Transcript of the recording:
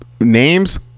names